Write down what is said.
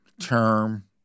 term